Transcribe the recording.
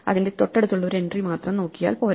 അതിന്റെ തൊട്ടടുത്തുള്ള ഒരു എൻട്രി മാത്രം നോക്കിയാൽ പോര